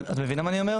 את מבינה מה אני אומר?